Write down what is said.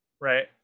right